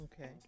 Okay